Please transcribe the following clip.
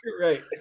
right